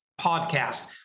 podcast